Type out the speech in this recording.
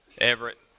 Everett